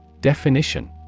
Definition